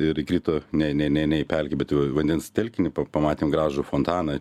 ir įkrito ne ne ne ne į pelkę bet į vandens telkinį pamatėm gražų fontaną